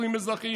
נישואים אזרחיים.